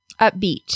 upbeat